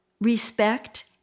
respect